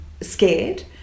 scared